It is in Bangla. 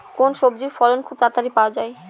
কোন সবজির ফলন খুব তাড়াতাড়ি পাওয়া যায়?